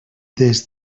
des